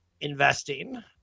investing